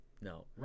No